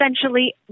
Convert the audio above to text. essentially